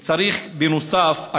בנוסף,